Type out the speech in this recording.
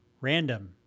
random